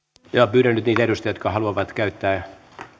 pyydän nyt niitä edustajia jotka haluavat käyttää